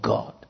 God